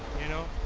you know?